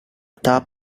top